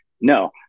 No